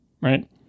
right